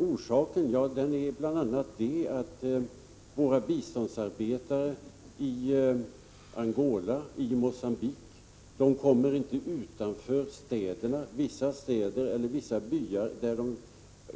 Orsaken är bl.a. att våra biståndsarbetare i Angola och Mogambique inte kommer utanför vissa städer eller vissa byar där de